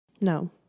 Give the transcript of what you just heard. No